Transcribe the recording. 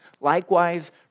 likewise